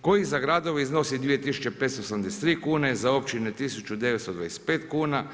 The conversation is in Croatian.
koji za gradove iznosi 2583 kune, za općine 1925 kuna.